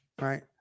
right